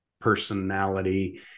personality